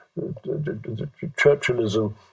Churchillism